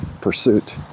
pursuit